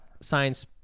science